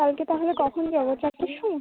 কালকে তাহলে কখন যাবো চারটের সময়